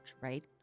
right